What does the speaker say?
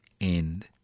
end